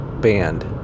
band